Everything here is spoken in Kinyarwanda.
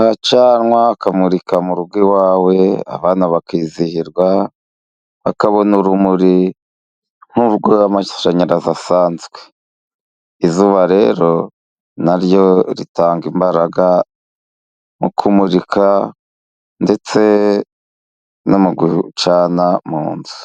acanwa, akamurika mu rugo iwawe, abana bakizihirwa, bakabona urumuri nk'urw'amashanyarazi asanzwe. Izuba rero na ryo ritanga imbaraga mu kumurika, ndetse no mu gucana mu nzu.